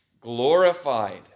glorified